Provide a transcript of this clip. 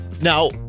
Now